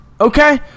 Okay